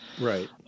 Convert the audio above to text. right